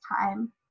time